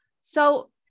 So-